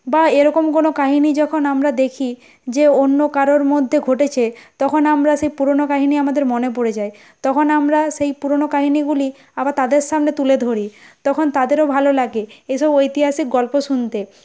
বা এরকম কোনও কাহিনী যখন আমরা দেখি যে অন্য কারোর মধ্যে ঘটেছে তখন আমরা সেই পুরোনো কাহিনী আমাদের মনে পড়ে যায় তখন আমরা সেই পুরোনো কাহিনীগুলি আবার তাদের সামনে তুলে ধরি তখন তাদেরও ভালো লাগে এইসব ঐতিহাসিক গল্প শুনতে